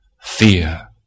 fear